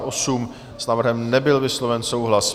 S návrhem nebyl vysloven souhlas.